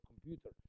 computer